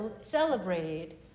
celebrated